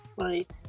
Right